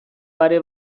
pare